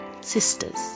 Sisters